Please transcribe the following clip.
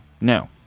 No